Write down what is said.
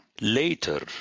Later